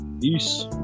Peace